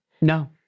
No